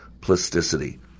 plasticity